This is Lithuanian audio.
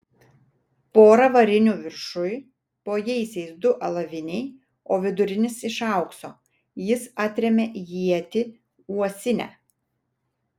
pora varinių viršuj po jaisiais du alaviniai o vidurinis iš aukso jis atrėmė ietį uosinę